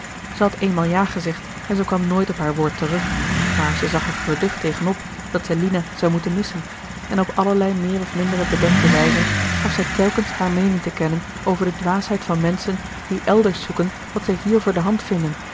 had eenmaal ja gezegd en zij kwam nooit op haar woord terug maar zij zag er geducht tegen op dat zij lina zou moeten missen en op allerlei meer of minder bedekte wijzen gaf zij telkens hare meening te kennen over de dwaasheid van menschen die elders zoeken wat zij hier voor de hand vinden